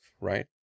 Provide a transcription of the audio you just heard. right